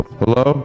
hello